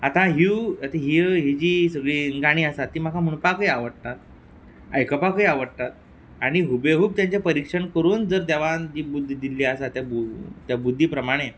आतां ही हीं जीं सगळीं गाणीं आसा तीं म्हाका म्हणपाकूय आवडटात आयकपाकूय आवडटात आनी हुबेहूब तांचें परिक्षण करून जर देवान जी बुद्द दिल्ली आसा त्या बुद्दी प्रमाणें